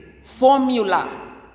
formula